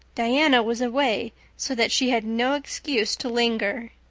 diana was away so that she had no excuse to linger.